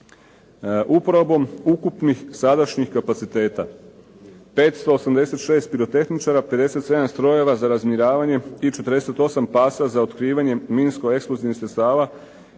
Uporabom ukupnih sadašnjih kapaciteta 586 pirotehničara, 57 strojeva za razminiravanje i 48 pasa za otkrivanje minsko-eksplozivnih sredstava